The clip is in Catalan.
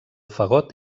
fagot